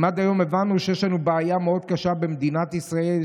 אם עד היום הבנו שיש לנו בעיה מאוד קשה במדינת ישראל,